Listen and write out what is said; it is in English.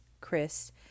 Chris